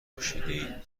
پوشیدی